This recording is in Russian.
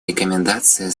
рекомендации